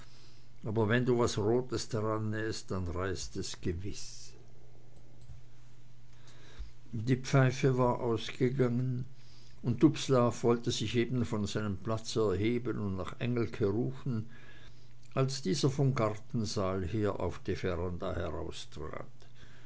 aber wenn du was rotes drannähst dann reißt es gewiß die pfeife war ausgegangen und dubslav wollte sich eben von seinem platz erheben und nach engelke rufen als dieser vom gartensaal her auf die veranda